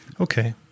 Okay